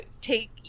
take